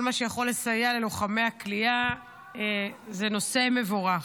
כל מה שיכול לסייע ללוחמי הכליאה הוא נושא מבורך.